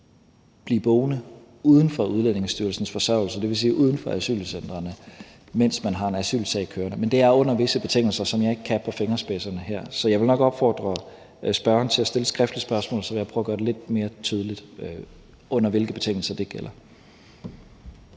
blive boende uden for Udlændingestyrelsens forsørgelse, dvs. uden for asylcentrene, mens man har en asylsag kørende. Men det er under visse betingelser, som jeg ikke kan på fingrene her. Så jeg vil nok opfordre spørgeren til at stille et skriftligt spørgsmål, og så vil jeg prøve at gøre det lidt mere tydeligt, under hvilke betingelser det gælder.